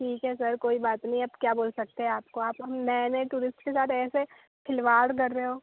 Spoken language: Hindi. ठीक है सर कोई बात नहीं अब क्या बोल सकते है आपको आप हम नए नए टूरिस्ट के साथ ऐसे खिलवाड़ कर रहे हो